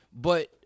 But-